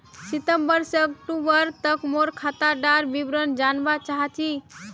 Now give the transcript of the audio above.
सितंबर से अक्टूबर तक मोर खाता डार विवरण जानवा चाहची?